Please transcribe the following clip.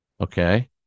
okay